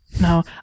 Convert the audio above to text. no